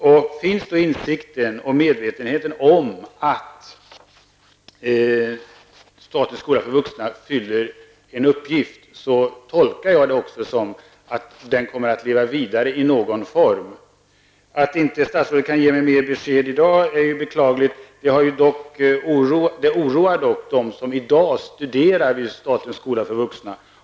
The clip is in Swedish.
Om man har en insikt och ett medvetande om att statens skola för vuxna fyller en uppgift, tolkar jag det som om den kommer att leva vidare i någon form. Att statsrådet inte kan ge mig mer besked i dag är beklagligt. Det oroar dem som i dag studerar vid statens skola för vuxna.